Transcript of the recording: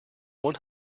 one